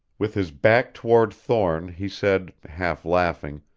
with his back toward thorne he said, half laughing,